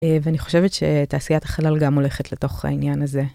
ואני חושבת שתעשיית החלל גם הולכת לתוך העניין הזה.